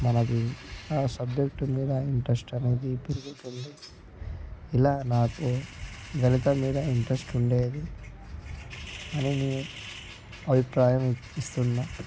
మనకి ఆ సబ్జెక్టు మీద ఇంట్రెస్ట్ అనేది పెరుగుతుంది ఇలా నాకు గణితం మీద ఇంట్రెస్ట్ ఉండేది అని నేను అభిప్రాయం ఇస్తున్నాను